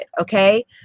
Okay